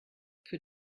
für